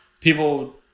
people